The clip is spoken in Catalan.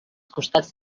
costats